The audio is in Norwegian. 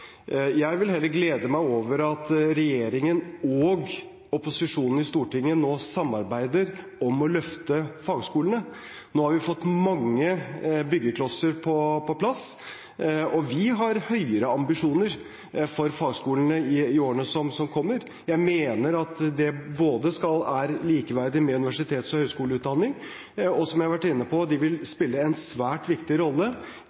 Jeg vil heller glede meg over at regjeringen og opposisjonen i Stortinget nå samarbeider om å løfte fagskolene. Nå har vi fått mange byggeklosser på plass, og vi har høyere ambisjoner for fagskolene i årene som kommer. Jeg mener at de er likeverdige med universiteter og høyskoler, og fagskolene vil, som jeg har vært inne på, spille en svært viktig rolle